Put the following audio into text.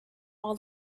all